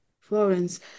Florence